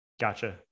Gotcha